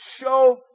show